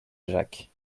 jacques